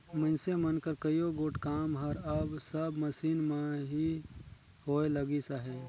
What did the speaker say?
मइनसे मन कर कइयो गोट काम हर अब सब मसीन मन ले ही होए लगिस अहे